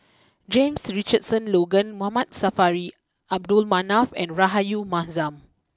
James Richardson Logan Mama Saffri Manaf and Rahayu Mahzam